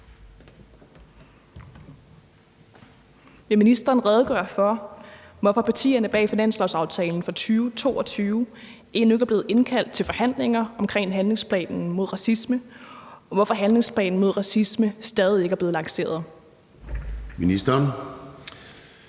Vil ministeren redegøre for, hvorfor partierne bag finanslovsaftalen for 2022 endnu ikke er indkaldt til forhandlinger om handlingsplanen mod racisme, og hvorfor handlingsplanen mod racisme endnu ikke er lanceret? Skriftlig